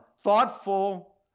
thoughtful